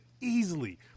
easily